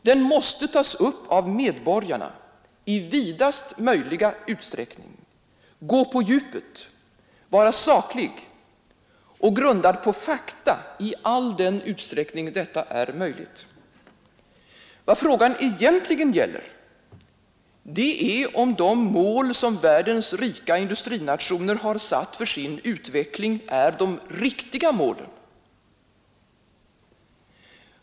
Den måste tas upp av medborgarna i vidast möjliga utsträckning, gå på djupet, vara saklig och grundad på fakta i all den utsträckning detta är möjligt. Vad frågan egentligen gäller är om de mål som världens rika industrinationer har satt för sin utveckling är de riktiga målen.